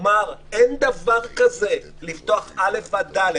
אין דבר כזה, לפתוח א' עד ד'.